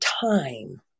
time